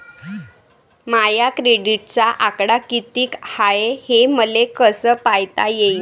माया क्रेडिटचा आकडा कितीक हाय हे मले कस पायता येईन?